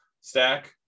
stack